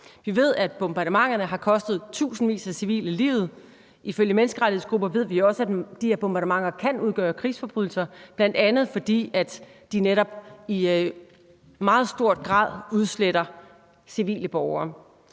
Vi ved, at bombardementerne har kostet tusindvis af civile livet, og ifølge menneskerettighedsgrupper ved vi også, at de her bombardementer kan udgøre krigsforbrydelser, bl.a. fordi de netop i meget høj grad udsletter civile borgere.